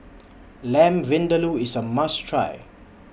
Lamb Vindaloo IS A must Try